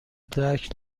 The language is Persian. درک